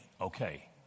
Okay